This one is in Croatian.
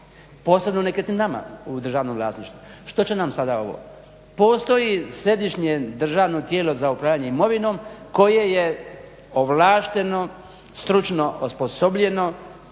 posebno nekretninama u državnom vlasništvu. Što će nam sada ovo? Postoji središnje državno tijelo za upravljanje imovinom koje je ovlašteno, stručno osposobljeno,